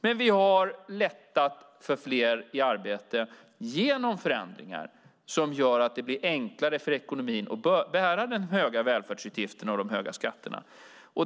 Men vi har gjort lättnader för fler i arbete genom förändringar som gör att det blir enklare för ekonomin att bära de höga välfärdsutgifterna och de höga skatterna.